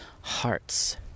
hearts